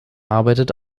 arbeitet